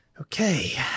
Okay